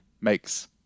makes